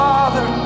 Father